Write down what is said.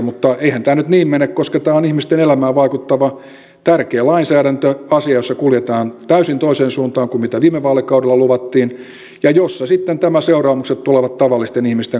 mutta eihän tämä nyt niin mene koska tämä on ihmisten elämään vaikuttava tärkeä lainsäädäntöasia jossa kuljetaan täysin toiseen suuntaan kuin mitä viime vaalikaudella luvattiin ja jossa sitten seuraamukset tulevat tavallisten ihmisten kannettavaksi